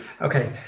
Okay